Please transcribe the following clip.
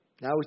Now